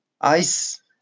ICE